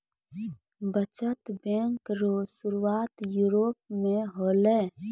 बचत बैंक रो सुरुआत यूरोप मे होलै